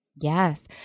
Yes